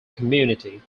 community